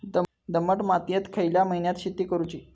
दमट मातयेत खयल्या महिन्यात शेती करुची?